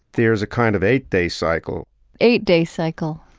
there is a kind of eight-day cycle eight-day cycle?